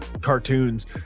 cartoons